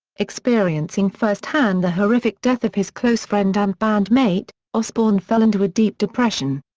experiencing firsthand the horrific death of his close friend and band mate, osbourne fell into a deep depression.